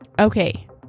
Okay